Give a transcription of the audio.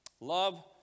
Love